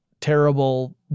terrible